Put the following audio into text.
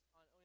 on